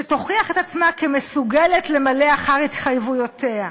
שתוכיח את עצמה כמסוגלת למלא אחר התחייבויותיה.